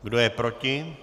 Kdo je proti?